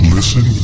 Listen